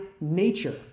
nature